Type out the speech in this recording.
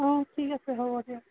অঁ ঠিক আছে হ'ব দিয়ক